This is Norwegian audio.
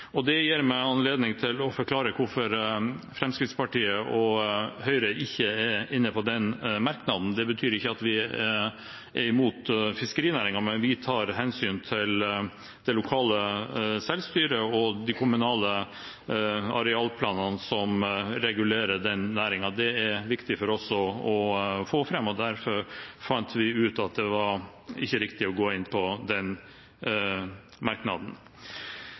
inn. Det gir meg anledning til å forklare hvorfor Fremskrittspartiet og Høyre ikke er inne på den merknaden. Det betyr ikke at vi er imot fiskerinæringen, men vi tar hensyn til det lokale selvstyret og de kommunale arealplanene som regulerer den næringen. Det er det viktig for oss å få fram, og derfor fant vi ut at det ikke var riktig å gå inn på den merknaden.